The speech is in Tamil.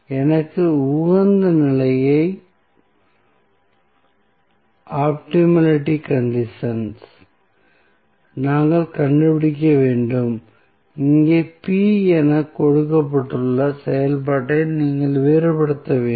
எனவே உகந்த நிலையை ஆப்டிமலிட்டி கண்டிஷன் நாங்கள் கண்டுபிடிக்க வேண்டும் இங்கே என கொடுக்கப்பட்டுள்ள செயல்பாட்டை நீங்கள் வேறுபடுத்த வேண்டும்